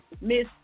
Miss